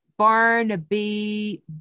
Barnaby